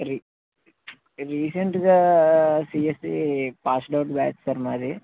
రి రీసెంట్గా CSE passed out batch sir మాది